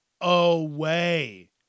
away